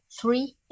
three